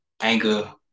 Anchor